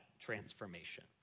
transformation